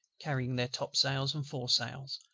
carrying their topsails and foresails,